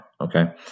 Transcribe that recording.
Okay